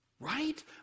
right